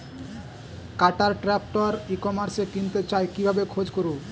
কাটার tractor ই কমার্সে কিনতে চাই কিভাবে খোঁজ করো?